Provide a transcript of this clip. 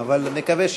אבל אני מקווה,